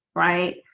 right?